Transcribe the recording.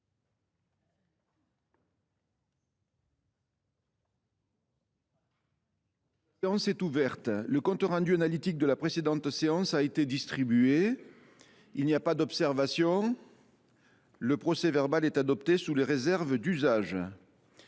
La séance est ouverte. Le compte rendu analytique de la précédente séance a été distribué. Il n’y a pas d’observation ?… Le procès verbal est adopté sous les réserves d’usage.